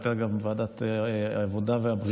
הייתה גם ועדת העבודה והבריאות,